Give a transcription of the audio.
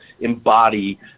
embody